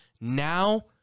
Now